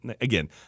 again